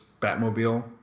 Batmobile